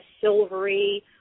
silvery